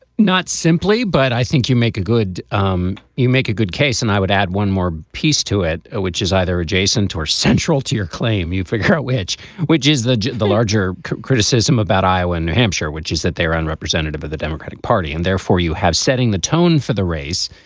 not simply, but i think you make a good um you make a good case. and i would add one more piece to it, ah which is either adjacent or central to your claim. you figure out which which is that the larger criticism about iowa and new hampshire, which is that they are unrepresentative of the democratic party and therefore you have setting the tone for the race.